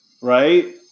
right